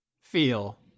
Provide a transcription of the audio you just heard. Feel